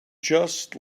just